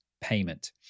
payment